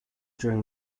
during